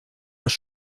las